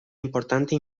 importante